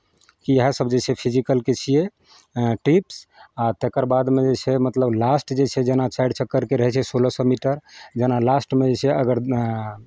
इएहसभ जे छै फिजिकलके छियै टिप्स आ तकर बादमे जे छै मतलब लास्ट जे छै जेना चारि चक्करके रहै छै सोलह सए मीटर जेना लास्टमे जे छै अगर